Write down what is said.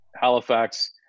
Halifax